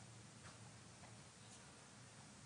יש תוספת לחוק.